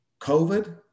COVID